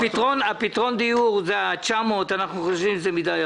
פתרון הדיור, 900,000, אנחנו חושבים שזה הרבה מדי.